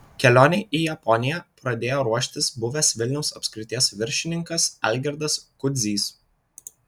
kelionei į japoniją pradėjo ruoštis buvęs vilniaus apskrities viršininkas algirdas kudzys